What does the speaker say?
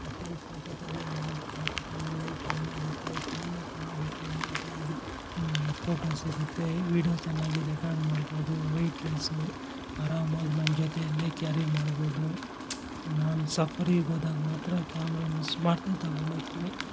ಕತ್ಲಲ್ಲಿ photo ತೆಗಿಯುವಾಗ ಅಟೋಮೆಟಿಕ್ಕಾಗಿ ಲೈಟಾನಾಗುತ್ತೆ ತುಂಬ ಚೆನ್ನಾಗಿ ಕ್ಲಿಯರಿಟಿಯಾಗಿ ಫೋಟೋ ಸಿಗುತ್ತೆ ವೀಡಿಯೋ ಚೆನ್ನಾಗಿ ರೆಕಾರ್ಡ್ ಮಾಡ್ಬೌದು ವೇಟ್ಲೆಸ್ಸು ಆರಾಮಾಗಿ ನಮ್ಮ ಜೊತೆಯಲ್ಲೇ ಕ್ಯಾರಿ ಮಾಡ್ಬೌದು ನಾನು ಸಫಾರಿಗೋದಾಗ ಮಾತ್ರ ಕ್ಯಾಮ್ರ ಮಿಸ್ ಮಾಡದೇ ತೊಗೊಂಡೋಗ್ತಿನಿ